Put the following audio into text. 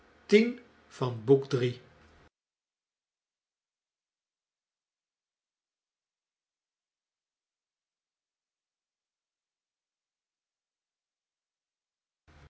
van het dierbare boek